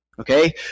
Okay